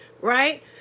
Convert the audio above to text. right